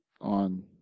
on